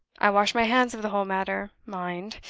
i wash my hands of the whole matter, mind,